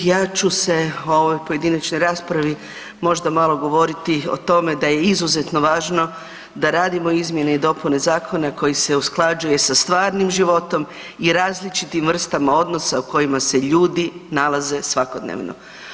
Ja ću se u ovoj pojedinačnoj raspravi možda malo govoriti o tome da je izuzetno važno da radimo izmjene i dopune zakona koji se usklađuje sa stvarnim životom i različitim vrstama odnosa u kojima se ljudi nalaze svakodnevno.